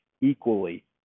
equally